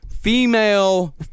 female